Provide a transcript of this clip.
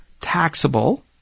taxable